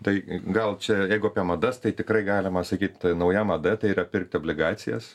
tai gal čia jeigu apie madas tai tikrai galima sakyt nauja mada tai yra pirkti obligacijas